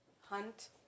Hunt